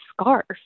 scarf